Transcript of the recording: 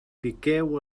piqueu